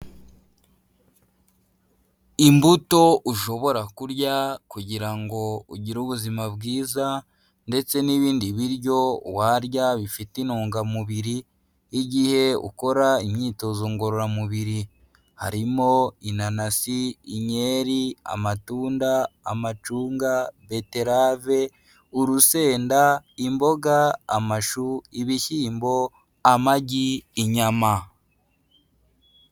Imbuto ushobora kurya kugira ngo ugire ubuzima bwiza ndetse n'ibindi biryo warya bifite intungamubiri, igihe ukora imyitozo ngororamubiri. Harimo inanasi, inyeri, amatunda, amacunga, beterave, urusenda, imboga, amashu, ibishyimbo, amagi, inyama.